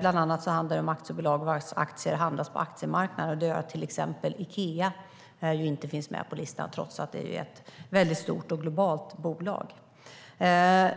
Bland annat tar man upp aktiebolag vars aktier handlas på aktiemarknaden. Det gör att till exempel Ikea inte finns med på listan, trots att det är ett stort och globalt bolag.